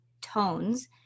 tones